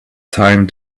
time